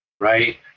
right